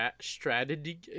strategy